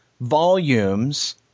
volumes